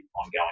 ongoing